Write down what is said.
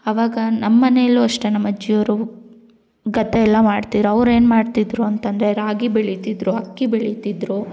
ಅವಾಗ ನಮ್ಮನೆಯಲ್ಲು ಅಷ್ಟೆ ನಮ್ಮಜ್ಜಿ ಅವರು ಗದ್ದೆ ಎಲ್ಲ ಮಾಡ್ತಿದ್ರು ಅವ್ರೇನು ಮಾಡ್ತಿದ್ರು ಅಂತೆಂದ್ರೆ ರಾಗಿ ಬೆಳಿತಿದ್ರು ಅಕ್ಕಿ ಬೆಳಿತಿದ್ರು